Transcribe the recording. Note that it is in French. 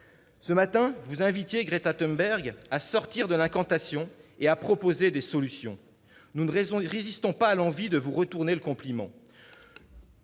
Ce matin, vous invitiez Greta Thunberg « à sortir de l'incantation » et à proposer des solutions. Nous ne résistons pas à l'envie de vous retourner le compliment.